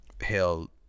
hell